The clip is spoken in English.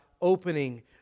opening